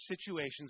situations